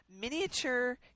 miniature